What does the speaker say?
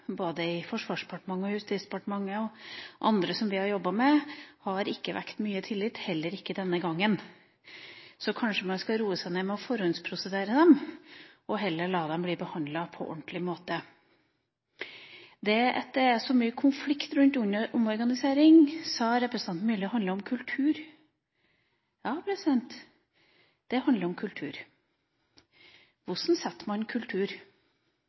både i Forsvarsdepartementet og Justisdepartementet og hos andre som vi har jobbet med, har ikke vekket mye tillit – og heller ikke denne gangen. Så kanskje man skal «roe seg ned» med å forhåndsprosedere dem, og heller la dem bli behandlet på en ordentlig måte. Det at det er så mye konflikt rundt omorganisering, sa representanten Myrli handler om kultur. Ja, det handler om kultur. Hvordan «setter» man en kultur? Jo, en kultur setter